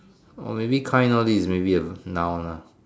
or maybe kind lor this is maybe a noun lah